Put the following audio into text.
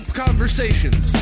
Conversations